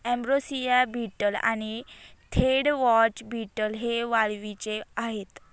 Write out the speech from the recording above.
ambrosia beetle आणि deathwatch beetle हे वाळवीचे आहेत